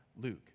Luke